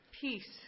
Peace